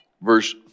verse